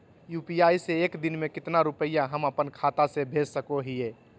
UPI से एक दिन में कितना रुपैया हम अपन खाता से भेज सको हियय?